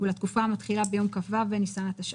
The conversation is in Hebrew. ולתקופה המתחילה ביום כ"ו בניסן התשע"ט,